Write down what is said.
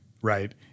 right